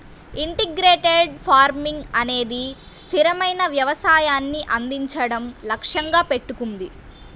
integrated farming అనేది స్థిరమైన వ్యవసాయాన్ని అందించడం లక్ష్యంగా పెట్టుకుంది